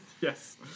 Yes